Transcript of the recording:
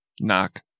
Knock